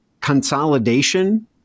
consolidation